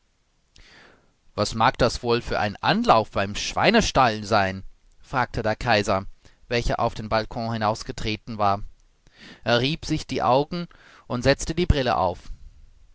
was mag das wohl für ein auflauf beim schweinestall sein fragte der kaiser welcher auf den balkon hinausgetreten war er rieb sich die augen und setzte die brille auf